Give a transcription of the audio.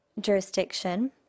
jurisdiction